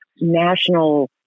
national